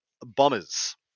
Bombers